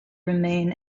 remain